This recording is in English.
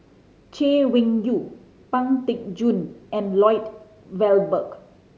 Chay Weng Yew Pang Teck Joon and Lloyd Valberg